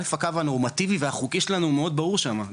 א' הקו הנורמטיבי והחוקי שלנו מאוד ברור שמה,